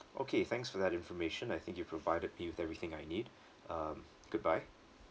okay thanks for that information I think you've provided me with everything I need um goodbye